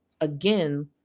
again